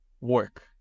work